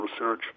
research